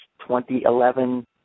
2011